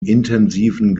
intensiven